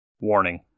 Warning